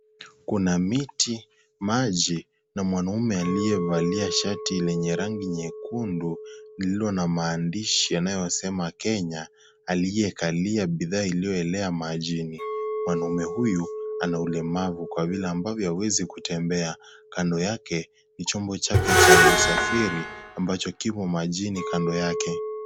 Kuna miti, maji na mwanaume aliyevalia shati lenye rangi nyekundu lililo na maandishi yanayosema Kenya aliyekalia bidhaa iliyolelea majini. Mwanaume huyu ana ulemavu kwa vile ambavyo hawezi kutembea, kando yake ni chombo chake cha usafiri ambacho kiko majini kando yake.